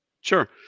Sure